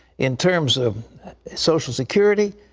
in terms of social security,